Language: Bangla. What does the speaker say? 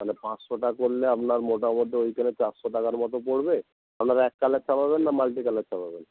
তালে পাঁচশোটা করলে আপনার মোটামোটি ওইখানে চারশো টাকার মতো পড়বে আপনারা এক কালার ছাপাবেন না মাল্টিকালার ছাপাবেন